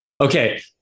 Okay